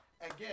again